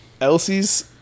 Elsie's